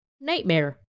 Nightmare